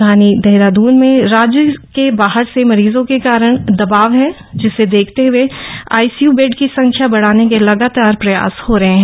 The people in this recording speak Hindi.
राजधानी देहरादून में राज्य से बाहर के मरीजों के कारण दवाब है जिसको देखते हुए आईसीय बेड की संख्या बढ़ाने के लगातार प्रयास हो रहे है